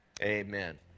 amen